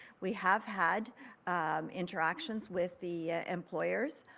we have had interactions with the employers,